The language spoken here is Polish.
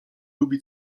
lubi